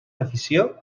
afició